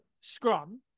scrum